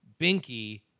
binky